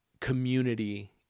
community